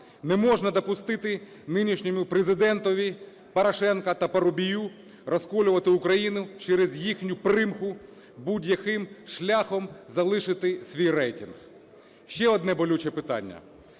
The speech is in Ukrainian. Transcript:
Не можна допустити нинішньому Президентові Порошенку та Парубію розколювати Україну через їхню примху будь-яким шляхом залишити свій рейтинг. Ще одне болюче питання.